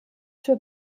für